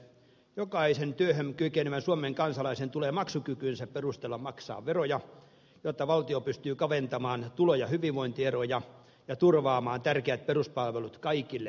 jokaisen työhön kykenevän suomen kansalaisen tulee maksukykynsä perusteella maksaa veroja jotta valtio pystyy kaventamaan tulo ja hyvinvointieroja ja turvaamaan tärkeät peruspalvelut kaikille suomalaisille